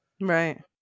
Right